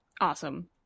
Awesome